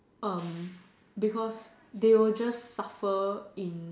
um because they will just suffer in